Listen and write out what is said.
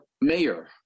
mayor